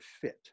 fit